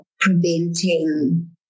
preventing